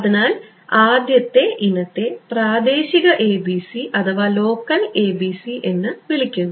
അതിനാൽ ആദ്യത്തെ ഇനത്തെ പ്രാദേശിക ABC എന്ന് വിളിക്കുന്നു